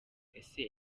ese